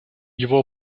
его